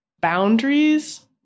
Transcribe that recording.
boundaries